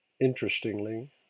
Interestingly